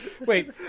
wait